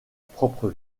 propre